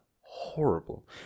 horrible